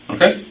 Okay